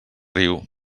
riu